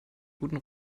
guten